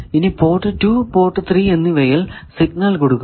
ഇനി port 2 port 3 എന്നിവയിൽ signal കൊടുക്കുക